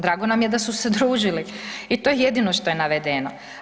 Drago nam je da su se družili i to je jedino šta je navedeno.